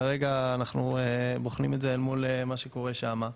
כרגע אנחנו בוחנים את זה מול מה שקורה שם.